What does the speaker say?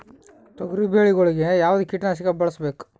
ತೊಗರಿಬೇಳೆ ಗೊಳಿಗ ಯಾವದ ಕೀಟನಾಶಕ ಬಳಸಬೇಕು?